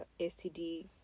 STD